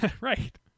Right